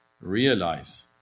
realize